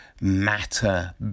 Matter